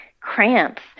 cramps